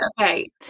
Okay